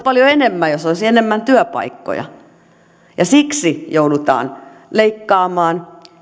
paljon enemmän jos olisi enemmän työpaikkoja siksi joudutaan leikkaamaan